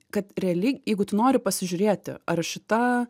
kad realiai jeigu tu nori pasižiūrėti ar šita